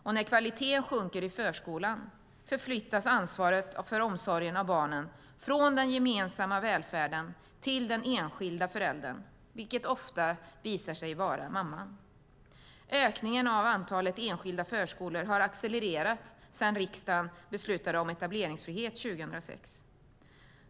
När kvaliteten sjunker i förskolan förflyttas ansvaret för omsorgen av barnen från den gemensamma välfärden till den enskilda föräldern, vilken ofta visar sig vara mamman. Ökningen av antalet enskilda förskolor har accelererat sedan riksdagen beslutade om etableringsfrihet 2006.